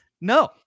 No